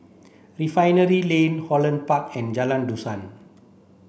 Refinery Lane Holland Park and Jalan Dusan